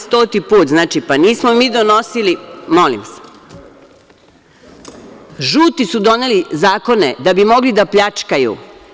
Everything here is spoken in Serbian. Stoti put, znači, nismo mi donosili, žuti su doneli zakone da bi mogli da pljačkaju.